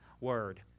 word